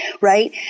right